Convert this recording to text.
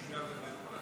בושה וחרפה.